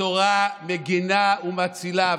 התורה מגינה ומצילה,